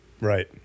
Right